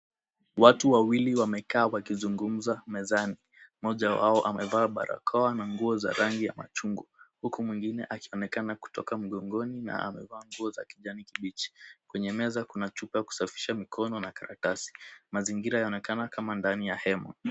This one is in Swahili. Watu wawili wamekaa wakizungumza mezani. Mmoja wao amevaa barakoa na nguo za rangi ya machungwa huku mwingine akionekana kutoka mgongoni na amevaa nguo za kijani kibichi. Kwenye meza kuna chupa za kusafisha mikono na karatasi. Mazingira yaonekana kama ndani ya hema.